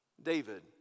David